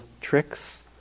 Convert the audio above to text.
tricks